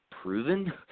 proven